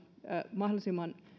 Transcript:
mahdollisimman